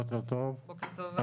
בוקר טוב.